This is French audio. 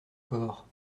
corps